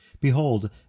Behold